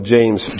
James